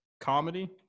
comedy